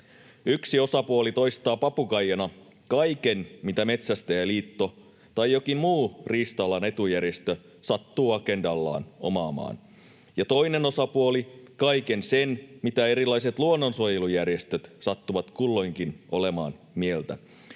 Yksi osapuoli toistaa papukaijana kaiken, mitä Metsästäjäliitto tai jokin muu riista-alan etujärjestö sattuu agendallaan omaamaan, ja toinen osapuoli kaiken sen, mitä erilaiset luonnonsuojelujärjestöt sattuvat kulloinkin olemaan mieltä.